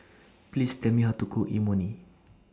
Please Tell Me How to Cook Imoni